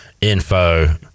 info